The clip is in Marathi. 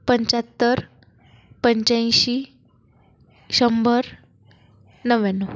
पंच्याहत्तर पंच्याऐंशी शंभर नव्याण्णव